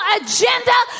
agenda